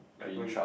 like going to